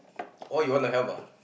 oh you want to help ah